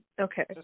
Okay